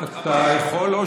אתה יכול,